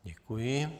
Děkuji.